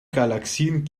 galaxien